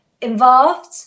involved